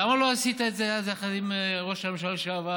למה לא עשית את זה אז יחד עם ראש הממשלה לשעבר,